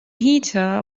heather